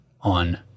on